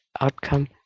outcome